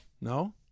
No